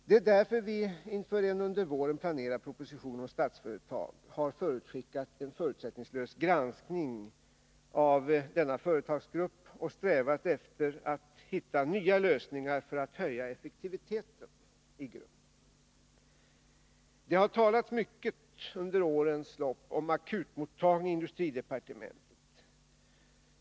Det är därför vi inför en under våren planerad proposition om Statsföretag AB har förutskickat en förutsättningslös granskning av denna företagsgrupp och strävat efter nya lösningar för att höja effektiviten i gruppen. Det har under årens lopp talats mycket om akutmottagning i industridepartementet.